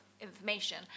information